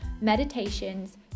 meditations